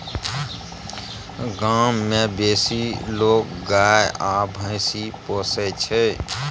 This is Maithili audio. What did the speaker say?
गाम मे बेसी लोक गाय आ महिष पोसय छै